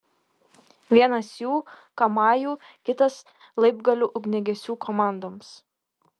vienas jų kamajų kitas laibgalių ugniagesių komandoms